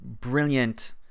brilliant